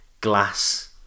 glass